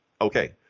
okay